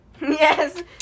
Yes